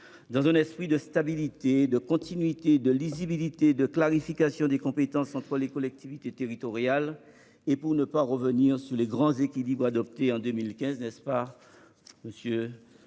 Dans un esprit de stabilité, de continuité, de lisibilité et de clarification des compétences entre les collectivités territoriales, et pour ne pas revenir sur les grands équilibres adoptés en 2015, ... La faute